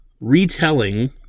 retelling